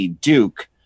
Duke